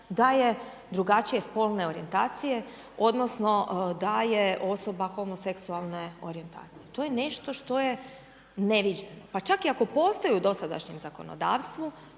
da je drugačije spolne orijentacije odnosno da je osoba homoseksualne orijentacije, to je nešto što je neviđeno. Pa čak i ako postoji u dosadašnjem zakonodavstvu